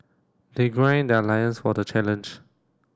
they grind their lions for the challenge